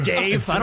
Dave